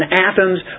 Athens